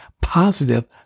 positive